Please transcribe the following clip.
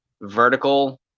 vertical